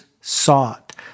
sought